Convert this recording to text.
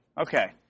Okay